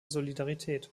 solidarität